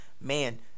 man